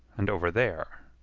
and over there,